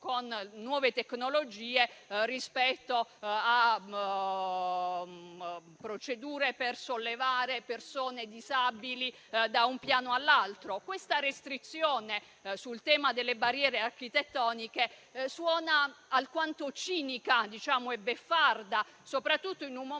con nuove tecnologie, rispetto a procedure per sollevare persone disabili da un piano all'altro. Questa restrizione sul tema delle barriere architettoniche suona alquanto cinica e beffarda, soprattutto in un momento